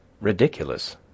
ridiculous